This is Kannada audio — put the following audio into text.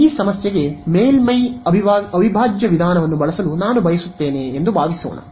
ಈ ಸಮಸ್ಯೆಗೆ ಮೇಲ್ಮೈ ಅವಿಭಾಜ್ಯ ವಿಧಾನವನ್ನು ಬಳಸಲು ನಾನು ಬಯಸುತ್ತೇನೆ ಎಂದು ಭಾವಿಸೋಣ